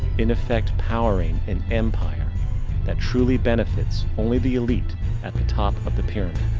in effect powering an empire that truly benefits only the elite at the top of the pyramid.